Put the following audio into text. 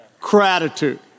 gratitude